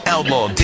Outlaw